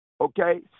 Okay